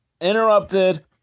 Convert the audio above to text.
Interrupted